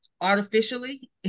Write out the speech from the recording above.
artificially